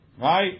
Right